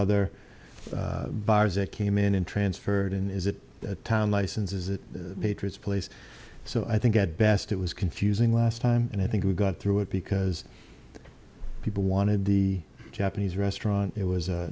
other bars they came in and transferred in is it a town license is it the patriots place so i think at best it was confusing last time and i think we got through it because people wanted the japanese restaurant it was a